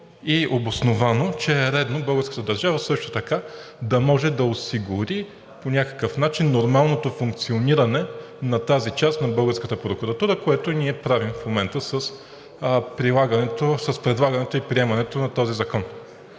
и обосновано, че е редно българската държава също така да може да осигури по някакъв начин нормалното функциониране на тази част на българската прокуратура, което ние в момента правим с предлагането и приемането на този закон.